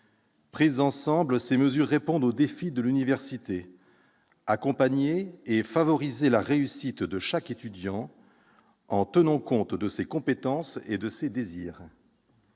Prises ensemble, ces mesures répondent aux défis de l'université : accompagner et favoriser la réussite de chaque étudiant en tenant compte de ses compétences et de ses désirs.